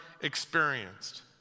experienced